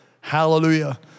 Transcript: Hallelujah